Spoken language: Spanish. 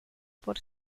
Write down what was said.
por